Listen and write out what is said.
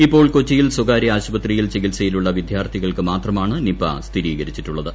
ഇപ്പോൾ കൊച്ചിയിൽ സ്ഥകാര്യ ആശുപത്രിയിൽ ചികിൽസയിലുള്ള വിദ്യാർത്ഥികൾക്കു മാത്രമാണ് നിപ സ്ഥിരീകരിച്ചിട്ടുള്ളത്